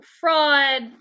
fraud